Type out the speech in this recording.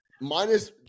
minus